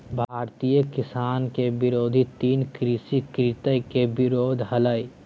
भारतीय किसान के विरोध तीन कृषि कृत्य के विरोध हलय